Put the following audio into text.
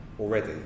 already